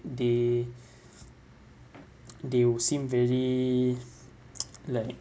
they they were seem very like